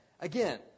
Again